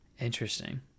interesting